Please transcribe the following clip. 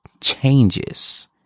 changes